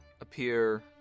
appear